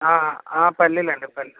పల్లీలండి పల్లీలు